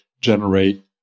generate